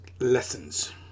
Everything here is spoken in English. lessons